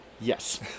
Yes